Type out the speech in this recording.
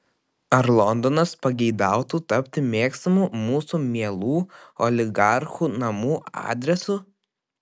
ar londonas pageidautų tapti mėgstamu mūsų mielų oligarchų namų adresu